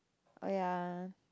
oh ya